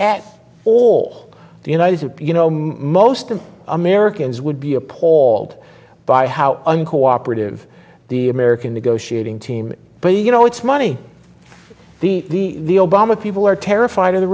at all the united states you know most of americans would be appalled by how uncooperative the american negotiating team but you know it's money the obama people are terrified of the